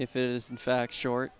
it is in fact short